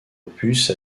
opus